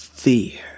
Fear